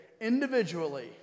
individually